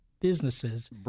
businesses